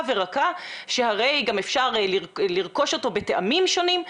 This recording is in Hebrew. ורכה שהרי גם אפשר לרכוש אותו בטעמים שונים.